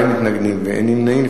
בעד, 7, אין מתנגדים ואין נמנעים.